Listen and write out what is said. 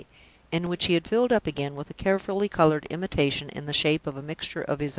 and which he had filled up again with a carefully-colored imitation in the shape of a mixture of his own.